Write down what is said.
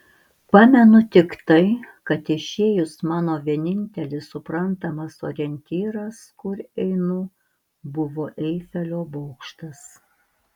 pamenu tik tai kad išėjus mano vienintelis suprantamas orientyras kur einu buvo eifelio bokštas